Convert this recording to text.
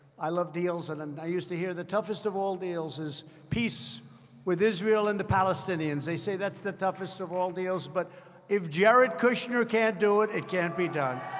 i love deals, and and i used to hear the toughest of all deals is peace with israel and the palestinians. they say that's the toughest of all deals. but if jared kushner can't do it, it can't be done.